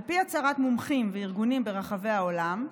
על פי הצהרת מומחים וארגונים ברחבי העולם,